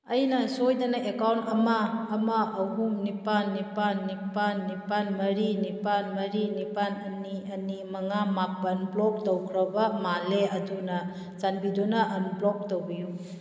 ꯑꯩꯅ ꯁꯣꯏꯗꯅ ꯑꯦꯀꯥꯎꯟ ꯑꯃ ꯑꯃ ꯑꯍꯨꯝ ꯅꯤꯄꯥꯜ ꯅꯤꯄꯥꯜ ꯅꯤꯄꯥꯜ ꯅꯤꯄꯥꯜ ꯃꯔꯤ ꯅꯤꯄꯥꯜ ꯃꯔꯤ ꯅꯤꯄꯥꯜ ꯑꯅꯤ ꯑꯅꯤ ꯃꯉꯥ ꯃꯥꯄꯜ ꯕ꯭ꯂꯣꯛ ꯇꯧꯈ꯭ꯔꯕ ꯃꯥꯜꯂꯦ ꯑꯗꯨꯅ ꯆꯥꯟꯕꯤꯗꯨꯅ ꯑꯟꯕ꯭ꯂꯣꯛ ꯇꯧꯕꯤꯌꯨ